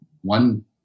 one